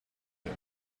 yet